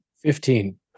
fifteen